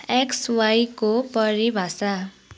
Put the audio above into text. x वाइको परिभाषा